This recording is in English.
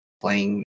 playing